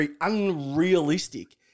unrealistic